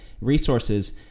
resources